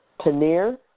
paneer